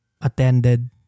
attended